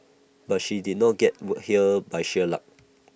but she did not get here by sheer luck